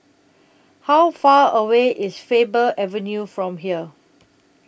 How Far away IS Faber Avenue from here